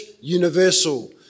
universal